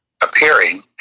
appearing